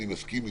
אני מסכים איתו,